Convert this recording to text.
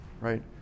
right